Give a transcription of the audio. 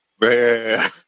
Man